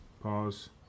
pause